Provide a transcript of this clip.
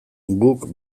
guk